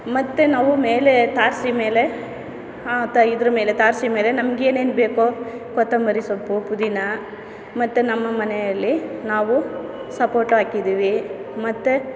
ಮತ್ತೆ ನಾವು ಮೇಲೆ ತಾರ್ಸಿ ಮೇಲೆ ದ ಇದರ ಮೇಲೆ ತಾರ್ಸಿ ಮೇಲೆ ನಮ್ಗೆ ಏನೇನು ಬೇಕೋ ಕೊತ್ತಂಬರಿ ಸೊಪ್ಪು ಪುದಿನ ಮತ್ತೆ ನಮ್ಮ ಮನೆಯಲ್ಲಿ ನಾವು ಸಪೋಟ ಹಾಕಿದ್ದೀವಿ ಮತ್ತೆ